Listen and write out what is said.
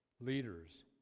leaders